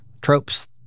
tropes